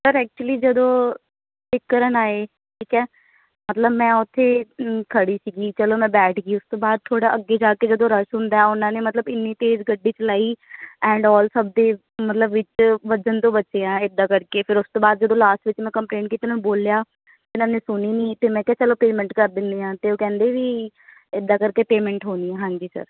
sir actually ਜਦੋਂ pick ਕਰਨ ਆਏ ਠੀਕ ਹੈ ਮਤਲਬ ਮੈਂ ਉੱਥੇ ਖੜੀ ਸੀਗੀ ਚਲੋ ਮੈਂ ਬੈਠ ਗਈ ਉਸ ਤੋਂ ਬਾਅਦ ਥੋੜ੍ਹਾ ਅੱਗੇ ਜਾ ਕੇ ਜਦੋਂ ਰਸ਼ ਹੁੰਦਾ ਹੈ ਉਹਨਾਂ ਨੇ ਮਤਲਬ ਇੰਨੀ ਤੇਜ਼ ਗੱਡੀ ਚਲਾਈ ਐਂਡ ਆਲ ਸਭ ਦੇ ਮਤਲਬ ਵਿੱਚ ਵੱਜਣ ਤੋਂ ਬਚਿਆ ਇੱਦਾਂ ਕਰਕੇ ਫਿਰ ਉਸ ਤੋਂ ਬਾਅਦ ਜਦੋਂ ਲਾਸਟ ਵਿੱਚ ਮੈਂ ਕੰਪਲੇਂਟ ਕੀਤੀ ਨਾ ਬੋਲਿਆ ਇਹਨਾਂ ਨੇ ਸੁਣੀ ਨਹੀਂ ਅਤੇ ਮੈਂ ਕਿਹਾ ਚਲੋ ਪੇਮੈਂਟ ਕਰ ਦਿੰਦੇ ਹਾਂ ਤਾਂ ਉਹ ਕਹਿੰਦੇ ਵੀ ਇੱਦਾਂ ਕਰਕੇ ਪੇਮੈਂਟ ਹੋਣੀ ਹਾਂਜੀ ਸਰ